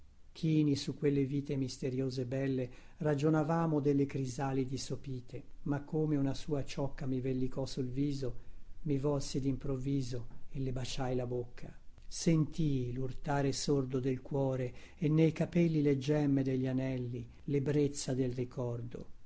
chini su quelle vite misteriose e belle ragionavamo delle crisalidi sopite ma come una sua ciocca mi vellicò sul viso mi volsi dimprovviso e le baciai la bocca sentii lurtare sordo del cuore e nei capelli le gemme degli anelli lebbrezza del ricordo